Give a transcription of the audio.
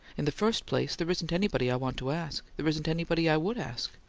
in the first place, there isn't anybody i want to ask. there isn't anybody i would ask.